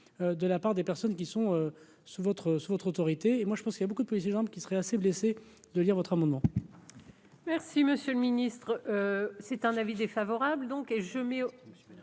de la part des personnes qui sont sous votre sous votre autorité et moi je pense qu'il y a beaucoup de exigeante qui serait assez blessé de lire votre amendement. Merci, monsieur le Ministre, c'est un avis défavorable,